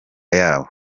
yabo